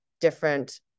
different